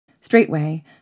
Straightway